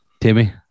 Timmy